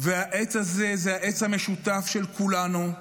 והעץ הזה זה העץ המשותף של כולנו.